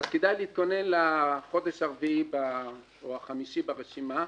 אז כדאי להתכונן לחודש הרביעי או החמישי ברשימה.